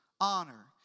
honor